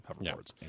hoverboards